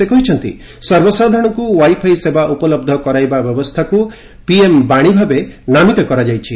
ସେ କହିଛନ୍ତି ସର୍ବସାଧାରଣଙ୍କୁ ୱାଇ ଫାଇ ସେବା ଉପଲହ୍ଧ କରାଇବା ବ୍ୟବସ୍ଥାକୁ ପିଏମ୍ ବାଣୀ ଭାବେ ନାମିତ କରାଯାଇଛି